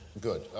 Good